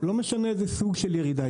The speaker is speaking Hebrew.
לא משנה איזה סוג של ירידה,